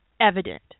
evident